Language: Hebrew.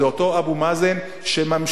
זה אותו אבו מאזן שממשיך